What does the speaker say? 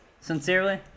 Sincerely